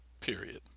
period